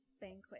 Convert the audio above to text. banquet